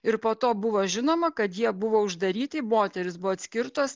ir po to buvo žinoma kad jie buvo uždaryti moterys buvo atskirtos